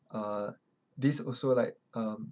uh this also like um